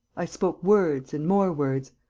i spoke words and more words.